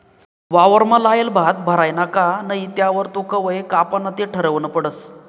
वावरमा लायेल भात भरायना का नही त्यावर तो कवय कापाना ते ठरावनं पडस